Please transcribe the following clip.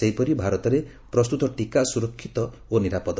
ସେହିପରି ଭାରତରେ ପ୍ରସ୍ତତ ଟିକା ସ୍ବରକ୍ଷିତ ଓ ନିରାପଦ